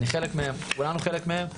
אני חלק מהם וכולנו חלק מהם.